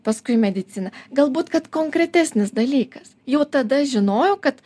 paskui mediciną galbūt kad konkretesnis dalykas jau tada žinojau kad